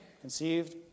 conceived